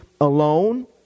alone